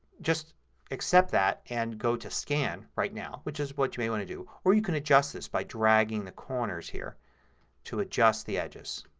just accept that and go to scan right now which is what i'm going to do or you can adjust this by dragging the corners here to adjust the edges.